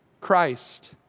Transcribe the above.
Christ